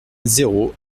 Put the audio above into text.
zéro